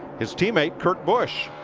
his teammate, kurt busch,